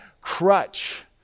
crutch